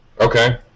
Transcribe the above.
Okay